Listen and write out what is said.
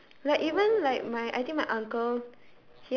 like even like my I think my uncle